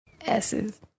S's